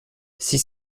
six